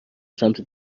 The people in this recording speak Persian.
سمت